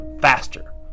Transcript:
faster